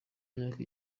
myaka